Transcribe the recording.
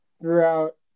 throughout